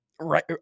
right